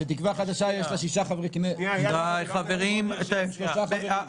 שתקווה חדשה יש לה שישה חברי כנסת ויש לה שלושה חברים.